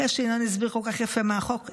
אחרי שינון הסביר כל כך יפה על מה החוק,